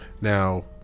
Now